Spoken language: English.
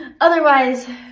Otherwise